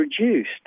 reduced